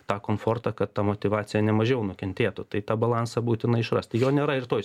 tą komfortą kad ta motyvacija ne mažiau nukentėtų tai tą balansą būtina išrast jo nėra ir toj